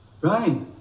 Right